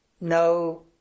no